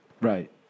Right